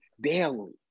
daily